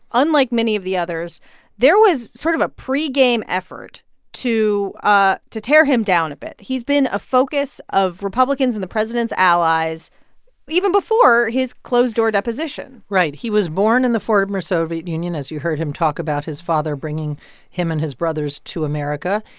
unlike many of the others there was sort of a pregame effort to ah to tear him down a bit. he's been a focus of republicans and the president's allies even before his closed-door deposition right. he was born in the former soviet union, as you heard him talk about his father bringing him and his brothers to america.